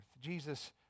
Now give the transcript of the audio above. Jesus